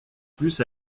plus